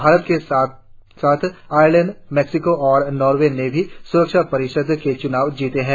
भारत के साथ साथ आयरलैंड मैक्सिको और नॉर्वे ने भी स्रक्षा परिषद के चुनाव जीते हैं